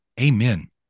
Amen